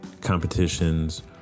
competitions